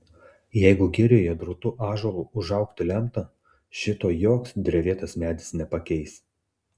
jeigu girioje drūtu ąžuolu užaugti lemta šito joks drevėtas medis nepakeis